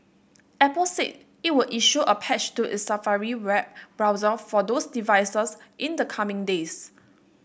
apple said it would issue a patch to its Safari web browser for those devices in the coming days